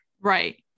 right